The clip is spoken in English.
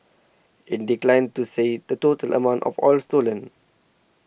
it declined to say the total amount of oil stolen